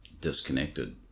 disconnected